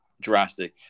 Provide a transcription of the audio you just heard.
drastic